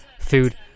Food